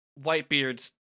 Whitebeard's